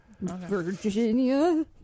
Virginia